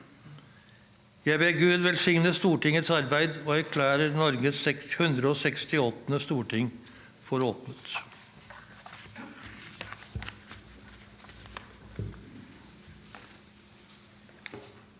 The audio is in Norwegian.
Jeg ber Gud velsigne Stortingets arbeid, og erklærer Norges 168. storting for åpnet.